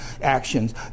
actions